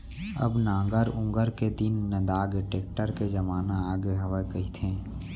अब नांगर ऊंगर के दिन नंदागे, टेक्टर के जमाना आगे हवय कहिथें